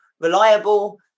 reliable